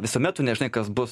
visuomet tu nežinai kas bus